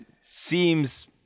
seems